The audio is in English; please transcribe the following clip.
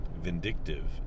Vindictive